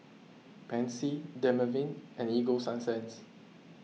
Pansy Dermaveen and Ego Sunsense